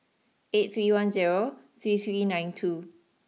eight three one zero three three nine two